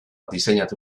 diseinatu